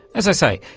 as i say,